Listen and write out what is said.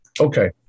Okay